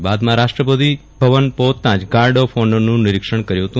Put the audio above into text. અને રાષ્ટ્રપતિ ભવન પહોચતા જ ગર્દ ઓફ ઓનરનું નિરીક્ષણ કર્યું હતું